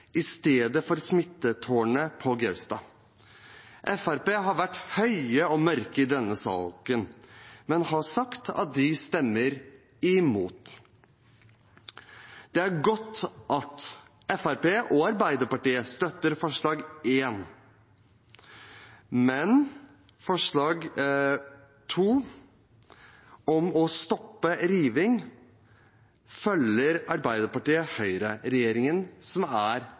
i stedet for smittetårnene på Gaustad. Fremskrittspartiet har vært høye og mørke i denne saken, men har sagt at de stemmer imot. Det er godt at Fremskrittspartiet og Arbeiderpartiet støtter forslag nr. 1, men i forslag nr. 2, om å stoppe riving, følger Arbeiderpartiet høyreregjeringen, noe som er